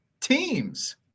teams